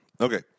Okay